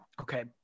Okay